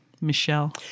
Michelle